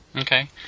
Okay